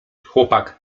chłopak